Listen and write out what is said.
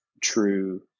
true